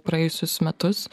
praėjusius metus